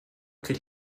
could